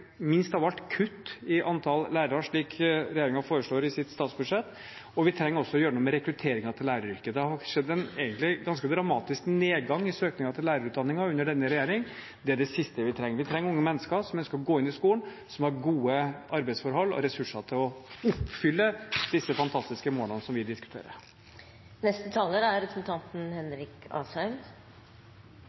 minst av alt kutt i antall lærere, slik regjeringen foreslår i sitt statsbudsjett, og vi trenger også å gjøre noe med rekrutteringen til læreryrket. Det har egentlig skjedd en ganske dramatisk nedgang i søkningen til lærerutdanningen under denne regjering. Det er det siste vi trenger. Vi trenger unge mennesker som ønsker å gå inn i skolen, og som har gode arbeidsforhold og ressurser til å oppfylle disse fantastiske målene som vi